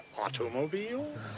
automobile